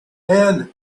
and